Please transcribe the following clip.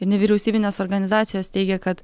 nevyriausybinės organizacijos teigia kad